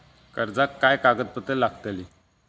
कर्जाक काय कागदपत्र लागतली?